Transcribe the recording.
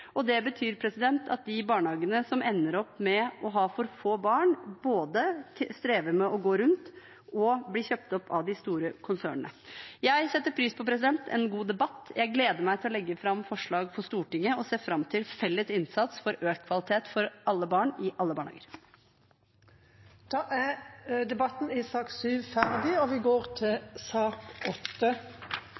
Det betyr at de barnehagene som ender opp med å ha for få barn, strever med å få det til å gå rundt og blir kjøpt opp av de store konsernene. Jeg setter pris på en god debatt. Jeg gleder meg til å legge fram forslag for Stortinget og ser fram til felles innsats for økt kvalitet for alle barn i alle barnehager. Da er debatten i sak nr. 7 ferdig.